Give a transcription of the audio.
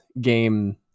game